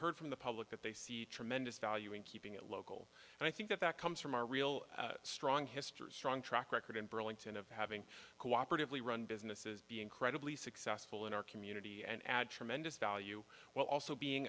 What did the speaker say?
heard from the public that they see tremendous value in keeping it local and i think that that comes from our real strong history strong track record in burlington of having cooperatively run businesses be incredibly successful in our community and add tremendous value while also being